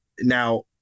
now